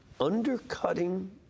undercutting